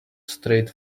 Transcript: straight